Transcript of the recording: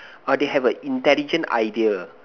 uh they have a intelligent idea